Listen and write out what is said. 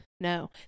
No